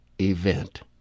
event